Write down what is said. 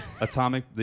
Atomic